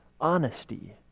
honesty